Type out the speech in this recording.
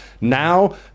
Now